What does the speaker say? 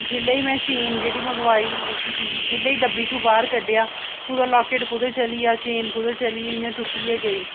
जेल्लै ई में चेन जेह्ड़ी मंगवाई जेल्लै ई डब्बी चू बाह्र कड्ढेआ मेरा लाकेट कुदै चली आ चेन कुदै चली एई चेन टुटी ऐ गेई